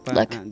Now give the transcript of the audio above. Look